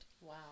Wow